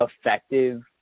effective